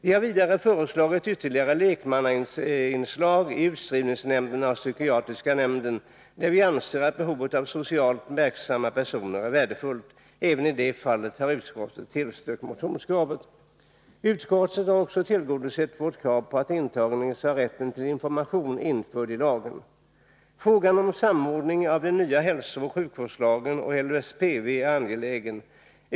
Vi har vidare föreslagit ytterligare lekmannainslag i utskrivningsnämnden och psykiatriska nämnden, där vi anser att behovet av socialt verksamma personer är värdefullt. Även i det fallet har utskottet tillstyrkt motionskravet. Utskottet har också tillgodosett vårt krav på att de intagna skall ha rätten till information införd i lagen. Frågan om samordning av den nya hälsooch sjukvårdslagen och LSPV är angelägen.